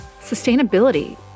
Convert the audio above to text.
sustainability